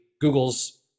Google's